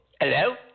Hello